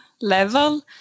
level